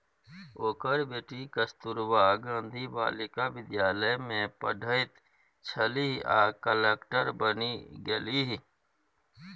ओकर बेटी कस्तूरबा गांधी बालिका विद्यालय मे पढ़ैत छलीह आ कलेक्टर बनि गेलीह